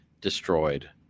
destroyed